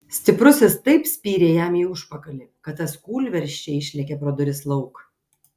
stiprusis taip spyrė jam į užpakalį kad tas kūlversčia išlėkė pro duris lauk